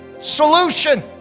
solution